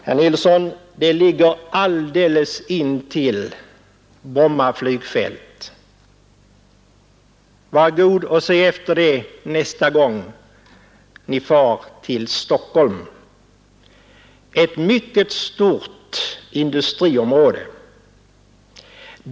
Herr Nilsson, det ligger alldeles intill Bromma flygfält — var god och se efter det nästa gång Ni far till Stockholm — ett mycket stort industriområde.